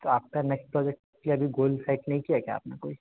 तो आपका next project के अभी गोल सेट नहीं किया क्या आपने कोई